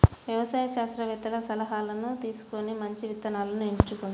వ్యవసాయ శాస్త్రవేత్తల సలాహాను తీసుకొని మంచి విత్తనాలను ఎంచుకోండి